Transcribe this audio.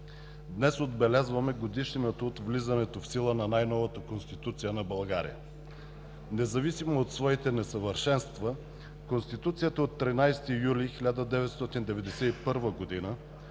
Днес отбелязваме годишнината от влизането в сила на най-новата Конституция на България. Независимо от своите несъвършенства, Конституцията от 13 юли 1991 г.